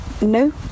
no